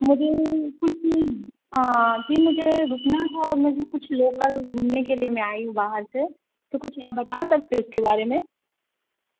मुझे कुछ अभी मुझे रुकना था और मुझे कुछ लोकल घूमने के लिए मैं आई हूँ बाहर से तो कुछ आप बता सकते हो इसके बारे में